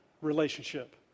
relationship